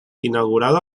inaugurado